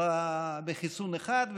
בחיסון אחד,